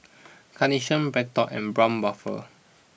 Carnation BreadTalk and Braun Buffel